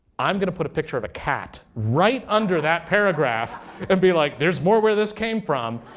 i'm going to put a picture of a cat right under that paragraph and be like, there's more where this came from.